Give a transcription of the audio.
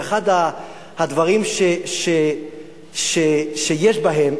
ואחד הדברים שיש בהם,